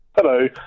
Hello